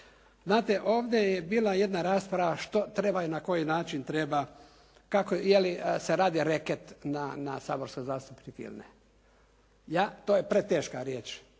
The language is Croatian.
Znate ovdje je bila jedna rasprava što treba i na koji način treba, jeli se radi reket na saborske zastupnike ili ne? Ja to je preteška riječ